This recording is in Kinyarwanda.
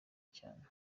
cyane